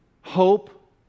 hope